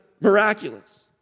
miraculous